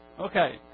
Okay